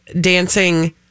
dancing